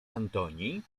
antoni